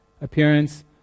appearance